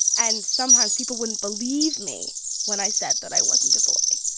and sometimes people wouldn't believe me when i said that i wasn't a boy,